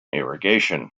irrigation